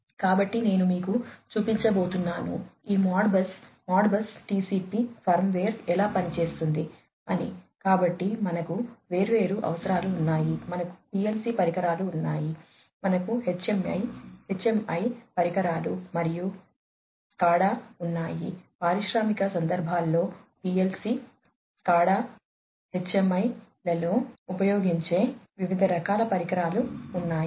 కాబట్టి నేను మీకు చూపించబోతున్నాను ఈ మోడ్బస్ మోడ్బస్ టిసిపి ఫర్మ్వేర్ లలో ఉపయోగించే వివిధ రకాల పరికరాలు ఇవి